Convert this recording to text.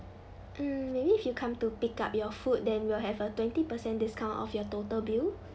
mm maybe if you come to pick up your food then we'll have a twenty percent discount off your total bill